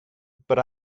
but